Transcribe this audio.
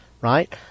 right